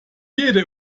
jede